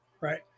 right